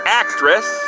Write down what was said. actress